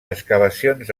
excavacions